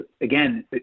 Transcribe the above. again